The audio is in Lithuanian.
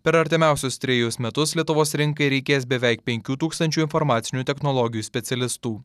per artimiausius trejus metus lietuvos rinkai reikės beveik penkių tūkstančių informacinių technologijų specialistų